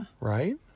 Right